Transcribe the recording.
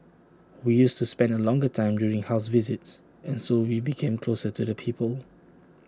we used to spend A longer time during house visits and so we became closer to the people